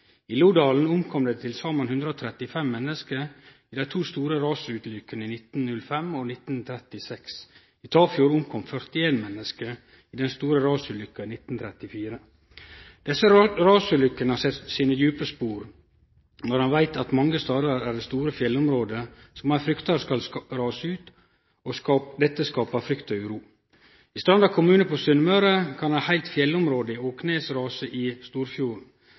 I Lodalen omkom det til saman 135 menneske i dei to store rasulukkene i 1905 og 1936. I Tafjord omkom 41 menneske i den store rasulukka i 1934. Desse rasulukkene har sett sine djupe spor. Når ein veit at det mange stader er store fjellområde som ein fryktar skal rase ut, skapar dette frykt og uro. I Stranda kommune på Sunnmøre kan eit heilt fjellområde i Åkneset rase ned i Storfjorden.